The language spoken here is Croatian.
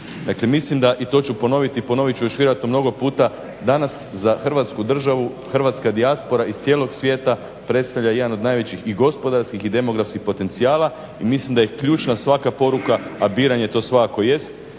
mislim da i to ću ponoviti i ponovit ću još vjerojatno mnogo puta, danas za Hrvatsku državu hrvatska dijaspora iz cijelog svijeta predstavlja jedan od najvećih i gospodarskih i demografskih potencijala i mislim da je ključna svaka poruka, a biranje to svakako jest,